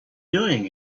doing